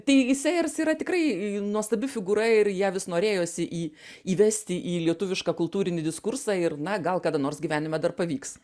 tai sėjers yra tikrai nuostabi figūra ir ją vis norėjosi į įvesti į lietuvišką kultūrinį diskursą ir na gal kada nors gyvenime dar pavyks